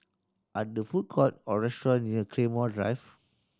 are the food court or restaurant near Claymore Drive